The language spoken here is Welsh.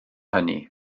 hynny